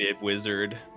wizard